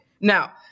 Now